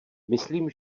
myslím